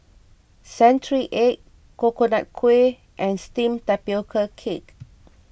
Century Egg Coconut Kuih and Steamed Tapioca Cake